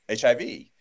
HIV